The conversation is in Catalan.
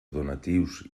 donatius